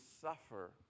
suffer